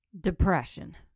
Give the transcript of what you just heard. depression